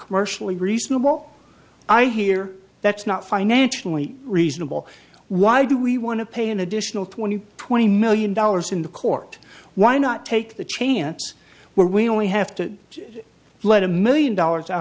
commercially reasonable i hear that's not financially reasonable why do we want to pay an additional twenty twenty million dollars in the court why not take the chance where we only have to let a million dollars out